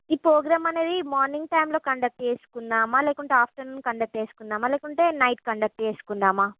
ఈ ప్రోగ్రామ్ అనేది మోర్నింగ్ టైంలో కండక్ట్ చేసుకుందామా లేకుంటే ఆఫ్టర్నూన్ కండక్ట్ చేసుకుందామా లేకుంటే నైట్ కండక్ట్ చేసుకుందామా